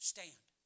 Stand